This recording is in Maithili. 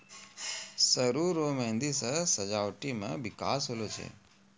सरु रो मेंहदी से सजावटी मे बिकास होलो छै